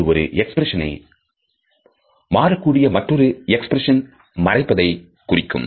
அது ஒரு எக்ஸ்பிரஷன் ஐ மாறக்கூடிய மற்றொரு எக்ஸ்பிரஷன் மறைப்பதை குறிக்கும்